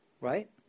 Right